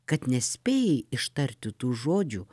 kad nespėjai ištarti tų žodžių